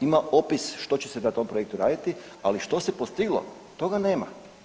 Ima opis što će se na tom projektu raditi, ali što se postiglo toga nema.